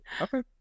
okay